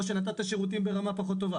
או שנתת שירותים ברמה פחות טובה?